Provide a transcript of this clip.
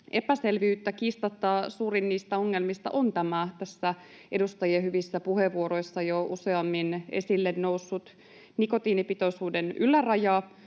epäselvyyttä. Kiistatta suurin niistä ongelmista on tämä edustajien hyvissä puheenvuoroissa jo useammin esille noussut nikotiinipitoisuuden yläraja.